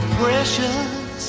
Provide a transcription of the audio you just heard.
precious